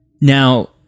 Now